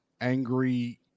angry